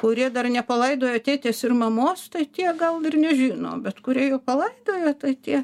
kurie dar nepalaidojo tėtės ir mamos tai tie gal ir nežino bet kurie jau palaidojo tai tie